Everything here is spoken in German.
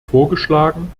vorgeschlagen